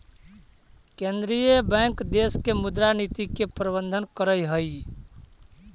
केंद्रीय बैंक देश के मुद्रा नीति के प्रबंधन करऽ हइ